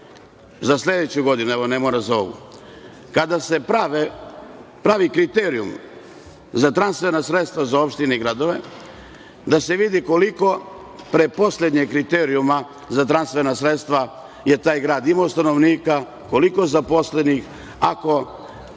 za sledeću godinu, evo, ne mora za ovu, kada se pravi kriterijum za transferna sredstva za opštine i gradove, da se vidi koliko pre poslednjeg kriterijuma za transferna sredstva je taj grad imao stanovnika, koliko zaposlenih, ako